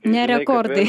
ne rekordai